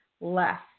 less